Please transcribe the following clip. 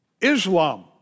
Islam